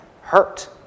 hurt